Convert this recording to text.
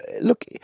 Look